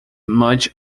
much